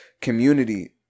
community